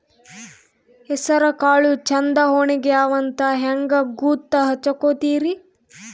ಹೆಸರಕಾಳು ಛಂದ ಒಣಗ್ಯಾವಂತ ಹಂಗ ಗೂತ್ತ ಹಚಗೊತಿರಿ?